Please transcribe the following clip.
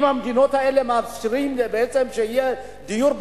אם המדינות האלה מאפשרות שיהיה דיור בר-השגה,